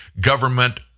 government